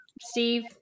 Steve